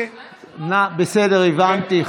מה עם השדולות, בסדר, הבנתי.